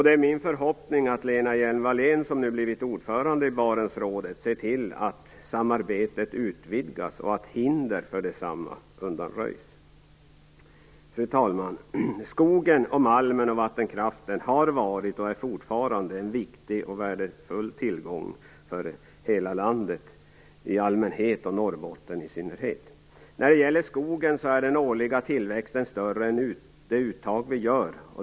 Det är min förhoppning att Lena Hjelm-Wallén, som nu blivit ordförande i Barentsrådet, ser till att samarbetet utvidgas och att hinder för detsamma undanröjs. Fru talman! Skogen, malmen och vattenkraften har varit och är fortfarande en viktig och värdefull tillgång för hela landet i allmänhet och Norrbotten i synnerhet. När det gäller skogen är den årliga tillväxten större än det uttag vi gör.